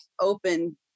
open